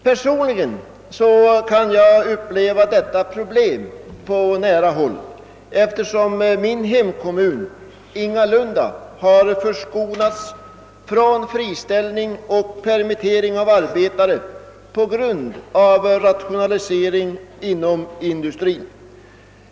Personligen kan jag uppleva detta problem på nära håll, eftersom min hemkommun ingalunda har förskonats från friställning och permittering av arbetare på grund av rationalisering inom industrin.